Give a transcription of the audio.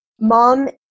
Mom